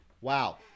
Wow